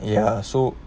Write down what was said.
ya so